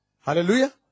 Hallelujah